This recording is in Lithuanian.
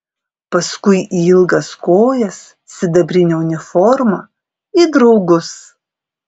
paskui į ilgas kojas sidabrinę uniformą į draugus